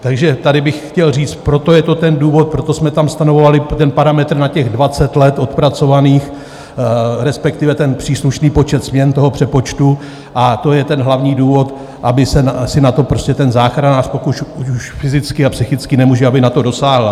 Takže tady bych chtěl říct, proto je to ten důvod, proto jsme tam stanovovali ten parametr na těch 20 let odpracovaných, respektive příslušný počet směn toho přepočtu, a to je ten hlavní důvod, aby na to prostě ten záchranář, pokud už fyzicky a psychicky nemůže, aby na to dosáhl.